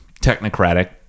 technocratic